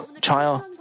child